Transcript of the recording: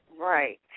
Right